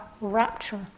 rapture